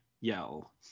yell